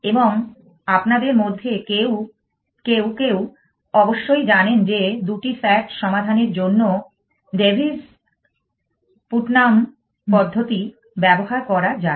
এবং আপনাদের মধ্যে কেউ কেউ অবশ্যই জানেন যে দুটি স্যাট সমাধানের জন্য Davis Putnam পদ্ধতি ব্যবহার করা যায়